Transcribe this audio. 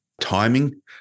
timing